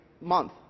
month